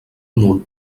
nul